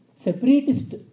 separatist